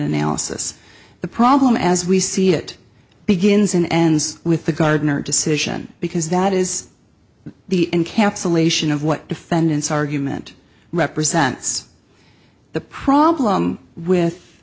analysis the problem as we see it begins and ends with the gardner decision because that is the encapsulation of what defendant's argument represents the problem with